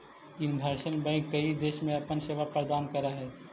universal bank कईक देश में अपन सेवा प्रदान करऽ हइ